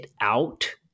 out